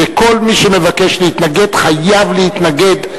שכל מי שמבקש להתנגד חייב להתנגד,